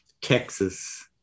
Texas